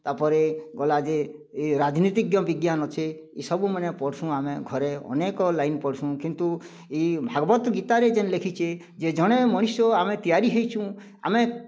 ତା'ପରେ ଗଲା ଯେ ଏଇ ରାଜନୈତିଜ୍ଞ ବିଜ୍ଞାନ ଅଛି ଇ ସବୁ ମାନେ ପଢ଼ସୁଁ ଆମେ ଘରେ ଅନେକ ଲାଇନ୍ ପଢ଼ସୁଁ କିନ୍ତୁ ଏଇ ଭାଗବତ ଗୀତାରେ ଜେନ୍ ଲେଖିଛେ ଯେ ଜଣେ ମଣିଷ ଆମେ ତିଆରି ହେଇଛୁଁ ଆମେ